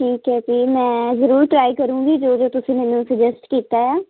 ਠੀਕ ਹੈ ਜੀ ਮੈਂ ਜ਼ਰੂਰ ਟਰਾਈ ਕਰੂੰਗੀ ਜੋ ਜੋ ਤੁਸੀਂ ਮੈਨੂੰ ਸਜੈਸਟ ਕੀਤਾ ਆ